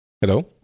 Hello